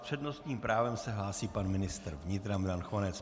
S přednostním právem se hlásí pan ministr vnitra Milan Chovanec.